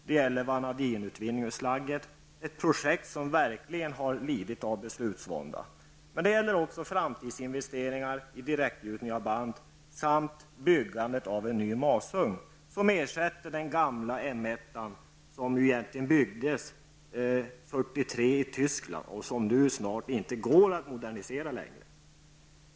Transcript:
Det gäller vamadinutvinning ur slagget, ett projekt som verkligen har lidit av beslutsvånda. Men det gäller också framtidsinvesteringar i direktgjutning av band samt byggande av en ny masugn som ersätter den gamla M1-an, som byggdes 1943 i Tyskland och som snart inte går att modernisera längre.